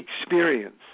experience